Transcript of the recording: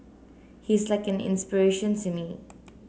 he's like an inspiration to me